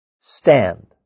stand